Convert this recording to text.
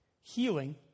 Healing